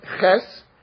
Ches